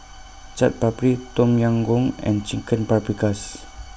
Chaat Papri Tom Yam Goong and Chicken Paprikas